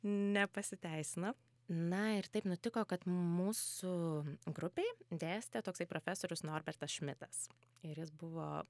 nepasiteisina na ir taip nutiko kad mūsų grupei dėstė toksai profesorius norbertas šmitas ir jis buvo